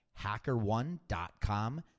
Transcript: hackerone.com